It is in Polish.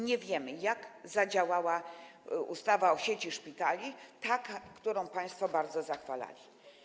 Nie wiemy, jak zadziałała ustawa o sieci szpitali, ta, którą państwo bardzo zachwalali.